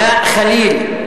עלאא ח'ליל,